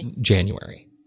January